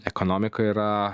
ekonomika yra